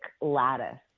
lattice